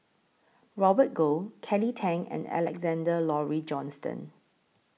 Robert Goh Kelly Tang and Alexander Laurie Johnston